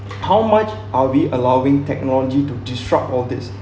how much are we allowing technology to disrupt all this